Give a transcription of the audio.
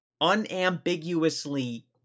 unambiguously